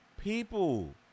people